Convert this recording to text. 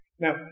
Now